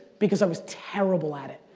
because i was terrible at it.